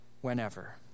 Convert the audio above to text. whenever